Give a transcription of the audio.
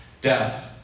death